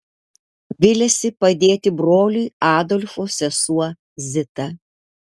viliasi padėti broliui adolfo sesuo zita